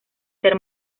ser